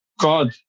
God